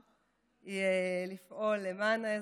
היא לפעול למען האזרחים,